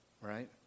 right